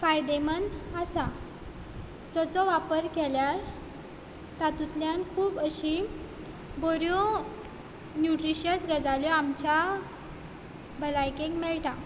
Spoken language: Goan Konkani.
फायदेमन आसा ताचो वापर केल्यार तातुंतल्यान खूब अशी बऱ्यो न्युट्रिश्यीस्ट गजाली आमच्या भलायकेक मेळटा